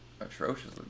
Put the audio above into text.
atrocious